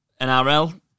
NRL